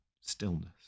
stillness